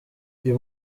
uyu